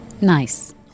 Nice